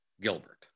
Gilbert